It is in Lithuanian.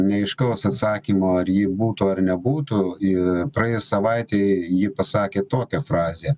neaiškaus atsakymo ar ji būtų ar nebūtų ir praėjus savaitei ji pasakė tokią frazę